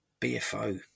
BFO